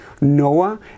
Noah